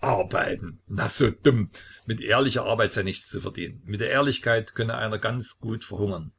arbeiten na so dumm mit ehrlicher arbeit sei nichts zu verdienen mit der ehrlichkeit könne einer ganz gut verhungern